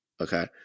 okay